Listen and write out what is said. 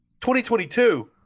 2022